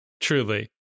truly